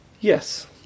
Yes